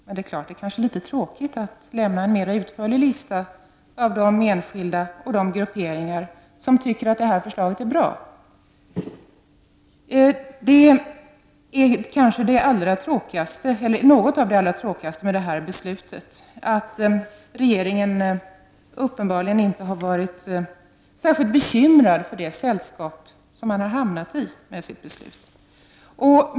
Men det är kanske litet tråkigt att lämna en mera utförlig lista över de enskilda och de grupperingar som tycker att detta förslag är bra. Något av det tråkigaste med det fattade beslutet är att regeringen uppenbarligen inte har varit särskilt bekymrad över det sällskap som man har hamnat i med denna åtgärd.